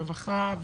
רווחה.